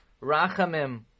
rachamim